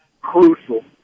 crucial